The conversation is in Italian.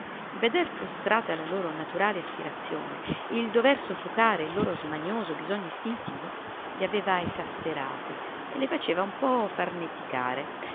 il veder frustrata la loro naturale aspirazione il dover soffocare il loro smanioso bisogno istintivo le aveva esasperate e le faceva un po farneticare